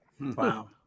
Wow